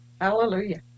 Hallelujah